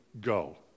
go